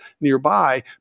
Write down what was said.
nearby